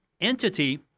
entity